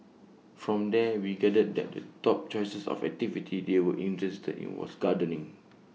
from there we gathered that the top choices of activity they were interested in was gardening